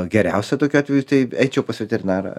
geriausia tokiu atveju tai eičiau pas veterinarą